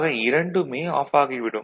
ஆக இரண்டுமே ஆஃப் ஆகிவிடும்